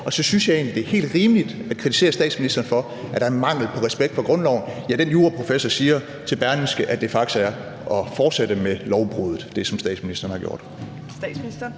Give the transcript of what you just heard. Så synes jeg egentlig, det er helt rimeligt at kritisere statsministeren for, at der er en mangel på respekt for grundloven. Ja, den juraprofessor siger til Berlingske, at det, som statsministeren har gjort, faktisk er